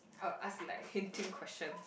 I'll ask like hinting question